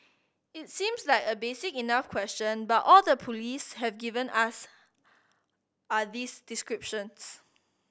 it seems like a basic enough question but all the police have given us are these descriptions